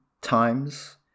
times